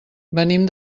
venim